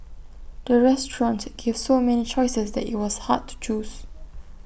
the restaurants gave so many choices that IT was hard to choose